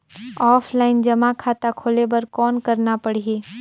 Offline जमा खाता खोले बर कौन करना पड़ही?